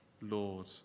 Lord